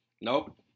Nope